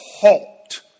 halt